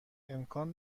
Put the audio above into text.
امکان